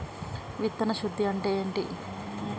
విత్తన శుద్ధి అంటే ఏంటి?